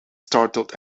startled